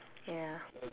ya